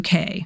UK